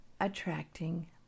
attracting